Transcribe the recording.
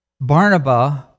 Barnabas